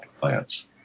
plants